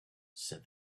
said